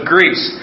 Greece